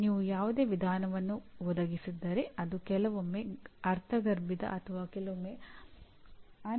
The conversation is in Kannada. ನೀವು ದೇಶದ ಪ್ರಮುಖ ಆರ್ಥಿಕ ಅಂಶಗಳು ದೇಶದ ಆರ್ಥಿಕ ಸನ್ನಿವೇಶಗಳು ಮತ್ತು ಉದ್ಯೋಗಗಳು ಇರುವ ಮಾರುಕಟ್ಟೆಯ ಅಂಶಗಳ ಬಗ್ಗೆ ಮಾತನಾಡುತ್ತಿದ್ದೀರಿ